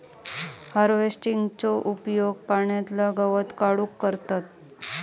हार्वेस्टरचो उपयोग पाण्यातला गवत काढूक करतत